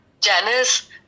Janice